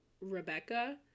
Rebecca